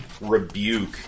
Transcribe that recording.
rebuke